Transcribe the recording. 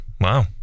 wow